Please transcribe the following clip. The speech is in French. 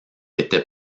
était